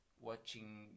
watching